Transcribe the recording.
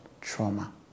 trauma